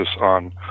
on